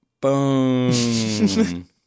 Boom